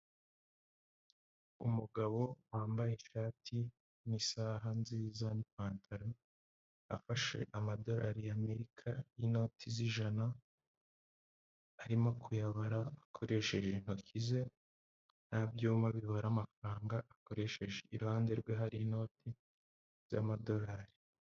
Umugabo wambaye ishati n'isaha nziza n'ipantaro afashe amadorari y' Amerika y'inoti z'ijana, arimo kuyabara akoresheje intoki ze nta byuma bitwara amafaranga akoresheje, iruhande rwe hari inoti z'amadorari.